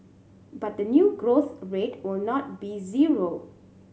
but the new growth rate will not be zero